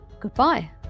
goodbye